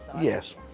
yes